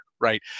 right